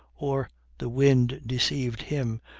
or the wind deceived him,